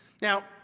Now